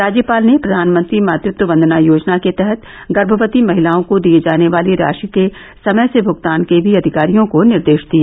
राज्यपाल ने प्रधानमंत्री मातृत्व वंदना योजना के तहत गर्भवती महिलाओं को दिए जाने वाली राशि के समय से भुगतान के भी अधिकारियों को निर्देश दिए